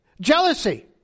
jealousy